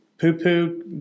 poo-poo